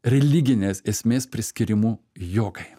religinės esmės priskyrimu jogai